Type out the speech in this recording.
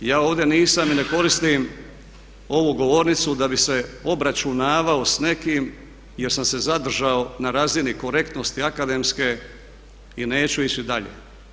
Ja ovdje nisam i ne koristim ovu govornicu da bi se obračunavao sa nekim jer sam se zadržao na razini korektnosti akademske i neću ići dalje.